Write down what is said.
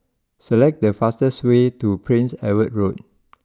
select the fastest way to Prince Edward Road